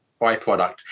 byproduct